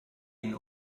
ihn